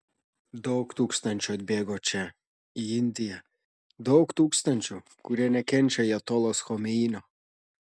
daug tūkstančių atbėgo čia į indiją daug tūkstančių kurie nekenčia ajatolos chomeinio